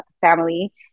family